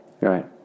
right